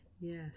Yes